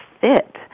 fit